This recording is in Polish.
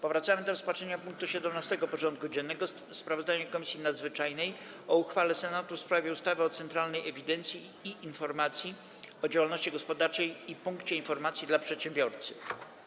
Powracamy do rozpatrzenia punktu 17. porządku dziennego: Sprawozdanie Komisji Nadzwyczajnej o uchwale Senatu w sprawie ustawy o Centralnej Ewidencji i Informacji o Działalności Gospodarczej i Punkcie Informacji dla Przedsiębiorcy.